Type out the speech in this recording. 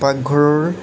পাকঘৰৰ